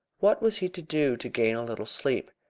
what was he to do to gain a little sleep?